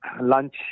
lunch